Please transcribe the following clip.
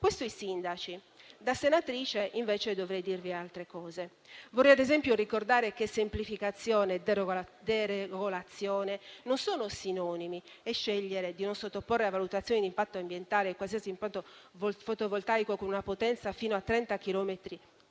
riguarda i sindaci. Da senatrice, invece, dovrei dirvi altre cose. Vorrei ad esempio ricordare che semplificazione e deregolazione non sono sinonimi, e scegliere di non sottoporre a valutazione di impatto ambientale qualsiasi impianto fotovoltaico con una potenza fino a 30